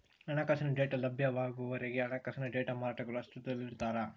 ಹಣಕಾಸಿನ ಡೇಟಾ ಲಭ್ಯವಾಗುವವರೆಗೆ ಹಣಕಾಸಿನ ಡೇಟಾ ಮಾರಾಟಗಾರರು ಅಸ್ತಿತ್ವದಲ್ಲಿರ್ತಾರ